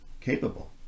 capable